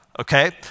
Okay